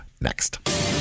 next